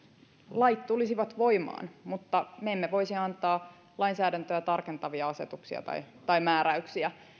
lait tulisivat voimaan mutta me emme voisi antaa lainsäädäntöä tarkentavia asetuksia tai tai määräyksiä